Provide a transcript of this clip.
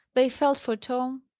they felt for tom,